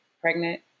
pregnant